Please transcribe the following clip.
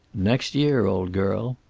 next year, old girl.